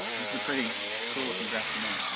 this is a pretty cool looking graph to me,